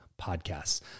podcasts